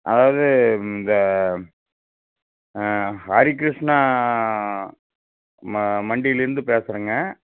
அதாவது இந்த ஹரிகிருஷ்ணா ம மண்டியிலிருந்து பேசுகிறேங்க